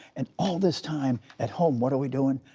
and all this time, at home, what are we doing?